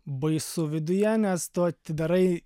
baisu viduje nes tu atidarai